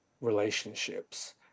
relationships